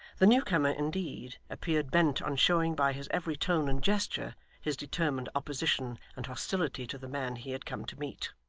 the new-comer, indeed, appeared bent on showing by his every tone and gesture his determined opposition and hostility to the man he had come to meet.